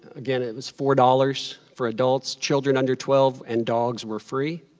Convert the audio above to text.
again, it was four dollars for adults. children under twelve and dogs were free.